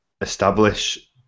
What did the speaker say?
establish